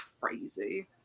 crazy